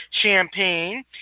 champagne